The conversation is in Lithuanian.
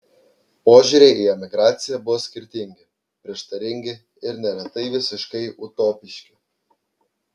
požiūriai į emigraciją buvo skirtingi prieštaringi ir neretai visiškai utopiški